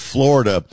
Florida